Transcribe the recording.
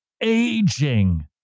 aging